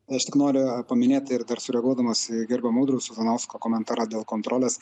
aš tik noriu paminėti ir dar sureaguodamas į gerbiamo audriaus cuzanausko komentarą dėl kontrolės